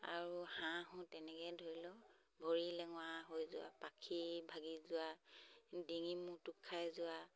আৰু হাঁহো তেনেকৈ ধৰি লওক ভৰি লেঙেৰা হৈ যোৱা পাখি ভাগি যোৱা ডিঙি মোটোক খাই যোৱা